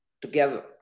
together